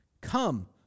Come